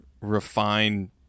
refine